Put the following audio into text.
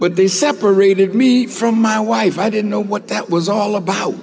but they separated me from my wife i didn't know what that was all about